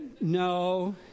no